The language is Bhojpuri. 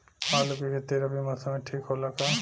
आलू के खेती रबी मौसम में ठीक होला का?